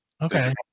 Okay